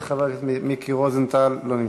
וחבר הכנסת מיקי רוזנטל, לא נמצא.